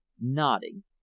nodding